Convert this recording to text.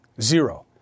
Zero